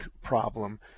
problem